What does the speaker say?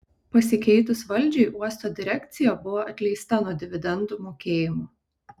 pasikeitus valdžiai uosto direkcija buvo atleista nuo dividendų mokėjimo